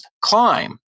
climb